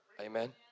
Amen